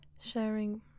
sharing